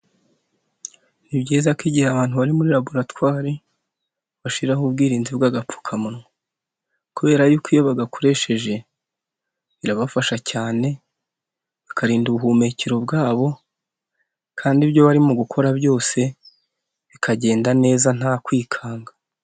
Ni byiza ko igihe abantu bari muri raboratwari, bashyiraho ubwirinzi bw'agapfukamunwa kubera yuko iyo ba bagakoresheje birabafasha cyane bakarinda ubuhumekero bwabo kandi ibyo barimogukora byose bikagenda neza nta kwikanga.